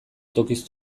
tokiz